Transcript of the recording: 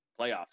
playoffs